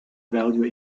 value